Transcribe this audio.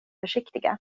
försiktiga